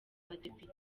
abadepite